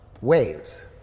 Waves